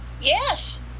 Yes